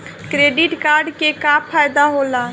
Credit card के का फायदा होला?